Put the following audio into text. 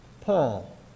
Paul